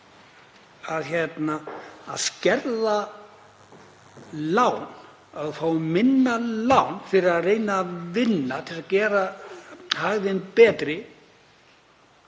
Að skerða lán, að þú fáir minna lán fyrir að reyna að vinna til að gera hag þinn betri,